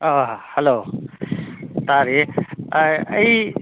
ꯑꯥ hello ꯇꯥꯔꯤ ꯑꯥ ꯑꯩ